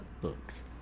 Books